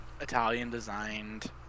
Italian-designed